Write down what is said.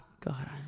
God